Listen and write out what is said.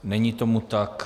Není tomu tak.